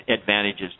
advantages